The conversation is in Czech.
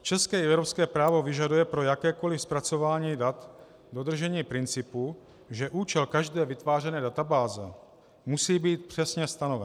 České i evropské právo vyžaduje pro jakékoli zpracování dat dodržení principu, že účel každé vytvářené anabáze musí být přesně stanoven.